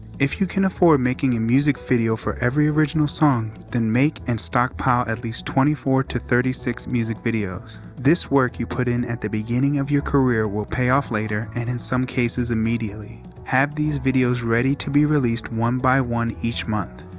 if you can afford making a music video for every original song, then make and stockpile at least twenty four to thirty six music videos. this work you put in at the beginning of your career will pay off later, and in some cases immediately. have these videos ready to be released one by one, each month.